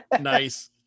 Nice